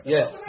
Yes